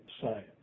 science